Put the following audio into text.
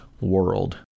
world